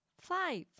five